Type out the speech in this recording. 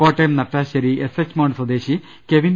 Kottayam Nattassery SH mount സ്വദേശി Kevin